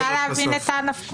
אני מנסה להבין את הנפקות